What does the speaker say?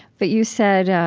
but you said